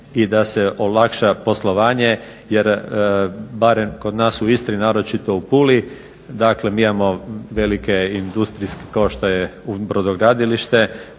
I da se olakša poslovanje. Jer barem kod nas u Istri, naročito u Puli, dakle, mi imamo velike industrije kao što je brodogradilište,